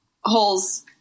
holes